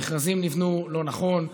המכרזים נבנו לא נכון.